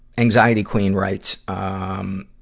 anxiety queen writes, um,